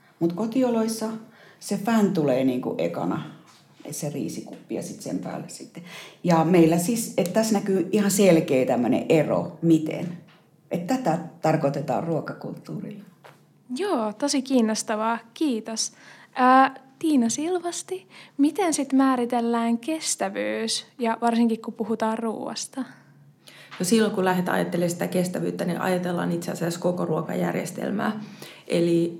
Mut kotioloissa se fän tulee niinku ekana, se riisikuppi ja sit sen päälle sitten. Ja meillä siis- et tässä näkyy ihan selkeä tämmönen ero, miten. Et tätä tarkoitetaan ruokakulttuurilla. Joo, tosi kiinnostavaa. Kiitos. Ää, Tiina Silvasti, miten sit määritellään kestävyys ja varsinkin kun puhutaan ruuasta? No silloin, kun lähdet ajattelemaan sitä kestävyyttä, niin ajatellaan itse asiassa koko ruokajärjestelmää. Eli